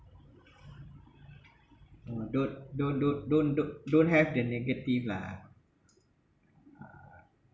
no don't don't don't don't don't don't have the negative lah